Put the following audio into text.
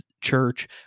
church